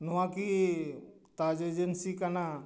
ᱱᱚᱶᱟ ᱠᱤ ᱛᱟᱡ ᱮᱡᱮᱱᱥᱤ ᱠᱟᱱᱟ